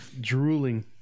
drooling